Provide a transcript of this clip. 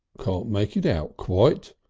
can't make it out quite.